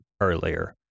earlier